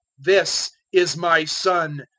this is my son,